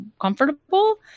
comfortable